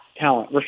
talent